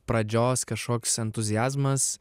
pradžios kažkoks entuziazmas